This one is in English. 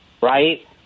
right